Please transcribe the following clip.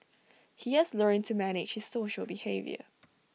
he has learnt to manage his social behaviour